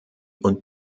und